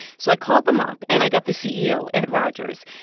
so i called them up, and i got the ceo, ed rogers.